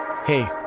Hey